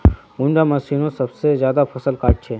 कुंडा मशीनोत सबसे ज्यादा फसल काट छै?